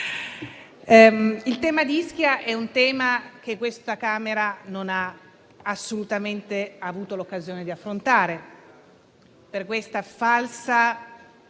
quello di Ischia è un tema che questa Camera non ha assolutamente avuto l'occasione di affrontare: per la farsa